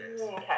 Okay